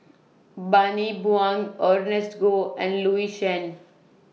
Bani Buang Ernest Goh and Louis Chen